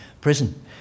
prison